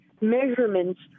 measurements